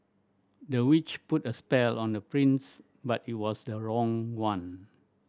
the witch put a spell on the prince but it was the wrong one